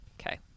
Okay